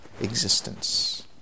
existence